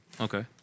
Okay